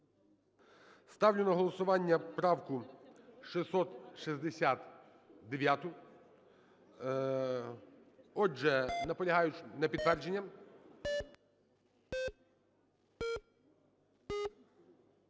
Ставлю на голосування правку 669. Отже, наполягають на підтвердженні.